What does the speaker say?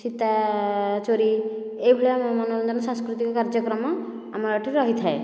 ସୀତା ଚୋରି ଏହି ଭଳିଆ ମନୋରଞ୍ଜନ ସାଂସ୍କୃତିକ କାର୍ଯ୍ୟକ୍ରମ ଆମର ଏଠି ରହିଥାଏ